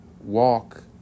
walk